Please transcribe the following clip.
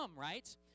right